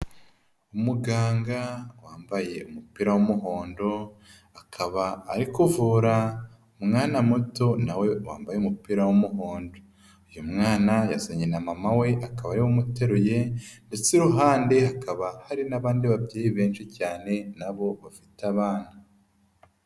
Umuganga wambaye umupira w'umuhondo, akaba ari kuvura umwana muto nawe wambaye umupira w'umuhondo. Uyu mwana yazanye na mama we akaba ari we umuteruye ndetse iruhande hakaba hari n'abandi babyeyi benshi cyane nabo bafite abana.